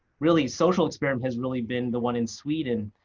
really social experiment, has really been the one in sweden,